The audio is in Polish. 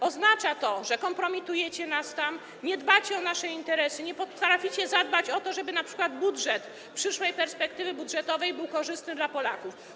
Oznacza to, że kompromitujecie nas tam, nie dbacie o nasze interesy, nie potraficie zadbać o to, żeby np. budżet przyszłej perspektywy finansowej był korzystny dla Polaków.